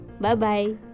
bye-bye